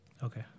Okay